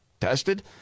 tested